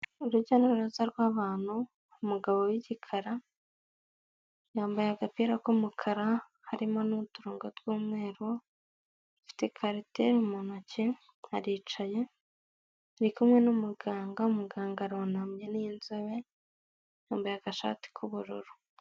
Urujya n’uruza rw’abantu, umugabo w’igikara yambaye agapira k’umukara harimo n’uturongo tw’umweru, du mfite karatere mu ntoki aricaye. Arikumwe n’ umuganga, umuganga arunamye n’inzobe yambaye agashati k’ubururu.